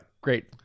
Great